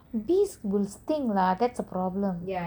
bees will sting lah that's a problem